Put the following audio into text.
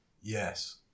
Yes